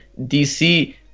DC